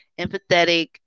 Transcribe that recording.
empathetic